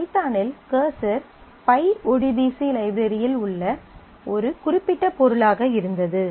பைத்தானில் cursor pyodbc லைப்ரரியில் ஒரு குறிப்பிட்ட பொருளாக இருந்தது